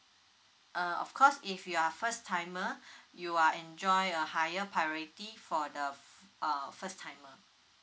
uh of course if you're first timer you are enjoy a higher priority for the uh first timer